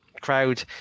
crowd